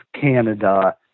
Canada